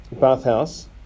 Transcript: bathhouse